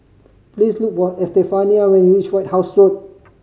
please look for Estefania when you reach White House Road